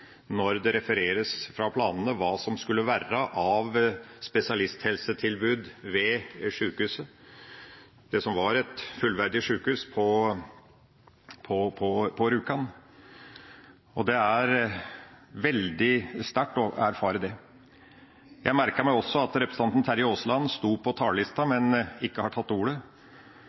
når det refereres fra planene om hva som skulle være av spesialisthelsetilbud ved sykehuset – det som var et fullverdig sykehus på Rjukan. Det er veldig sterkt å erfare det. Jeg merket meg også at representanten Terje Aasland sto på talerlisten, men han har ikke tatt ordet.